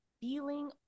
feeling